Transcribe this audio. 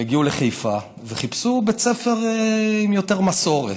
הם הגיעו לחיפה וחיפשו בית ספר עם יותר מסורת,